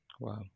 wow